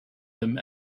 them